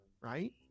Right